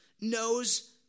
knows